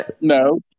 No